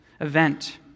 Event